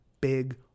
big